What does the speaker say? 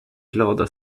glada